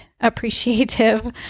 appreciative